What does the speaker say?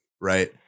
right